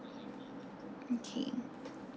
okay